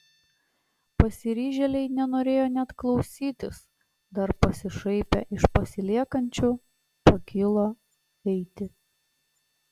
pasiryžėliai nenorėjo net klausytis dar pasišaipę iš pasiliekančių pakilo eiti